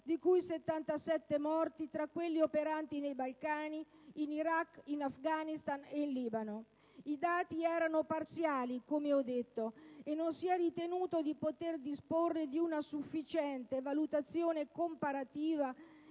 di cui 77 morti tra quelli operanti nei Balcani, in Iraq, in Afghanistan e in Libano. I dati erano parziali - come ho detto - e non si è ritenuto di poter disporre di una sufficiente valutazione comparativa